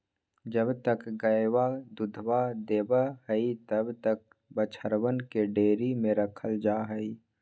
जब तक गयवा दूधवा देवा हई तब तक बछड़वन के डेयरी में रखल जाहई